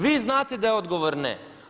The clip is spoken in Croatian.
Vi znate da je odgovor ne.